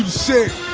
sick